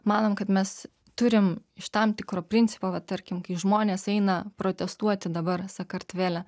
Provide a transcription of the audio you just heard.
manom kad mes turim iš tam tikro principo vat tarkim kai žmonės eina protestuoti dabar sakartvele